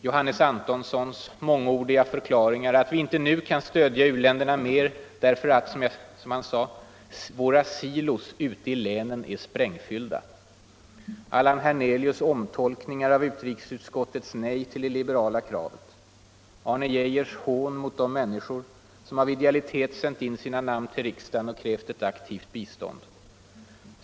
Johannes Antonssons mångordiga förklaringar att vi inte nu kan stödja u-länderna mer därför att våra ”silos ute i länen är sprängfyllda”. Allan Hernelius omtolkningar av utrikesutskottets nej till det liberala kravet. Arne Geijers hån mot de människor som av idealitet sänt in sina namn till riksdagen och krävt ett aktivt bistånd.